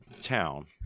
town